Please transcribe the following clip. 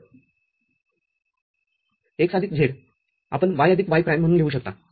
तर x आदिक z आपण y आदिक y प्राइम म्हणून लिहू शकता